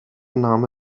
name